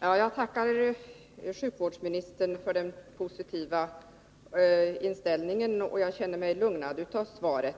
Herr talman! Jag tackar sjukvårdsministern för den positiva inställningen och känner mig lugnad av svaret.